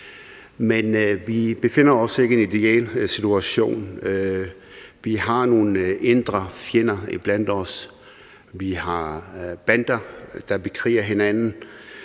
Men vi befinder os ikke i en ideel situation. Vi har nogle indre fjender iblandt os; vi har bander, der bekriger hinanden.